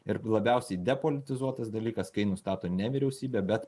ir labiausiai depolitizuotas dalykas kai nustato ne vyriausybė bet